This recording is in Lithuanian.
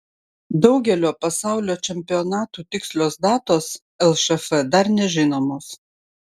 daugelio pasaulio čempionatų tikslios datos lšf dar nežinomos